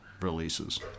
releases